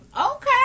Okay